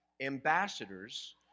Ambassadors